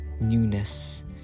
newness